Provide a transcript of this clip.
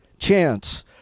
chance